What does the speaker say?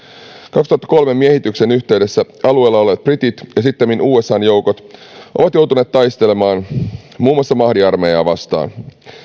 kaksituhattakolme miehityksen yhteydessä alueella olleet britit ja sittemmin usan joukot ovat joutuneet taistelemaan muun muassa mahdi armeijaa vastaan